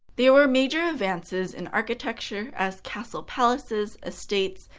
there were major advances in architecture, as castle-palaces, estates,